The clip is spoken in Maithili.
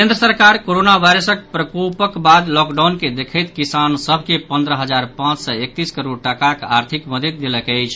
केंद्र सरकार कोरोना वायरसक प्रकोपक बाद लॉकडाउन के देखैत किसान सभ के पंद्रह हजार पांच सय एकतीस करोड़ टाकाक आर्थिक मददि देलक अछि